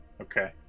okay